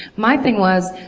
my thing was,